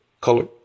color